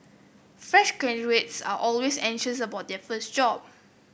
fresh graduates are always anxious about their first job